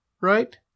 right